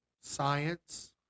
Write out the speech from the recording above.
science